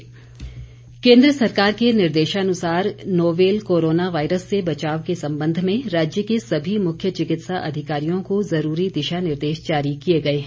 विपिन परमार केंद्र सरकार के निर्देशानुसार नोवेल कोरोना वायरस से बचाव के संबंध में राज्य के सभी मुख्य चिकित्सा अधिकारियों को जरूरी दिशा निर्देश जारी किए गए हैं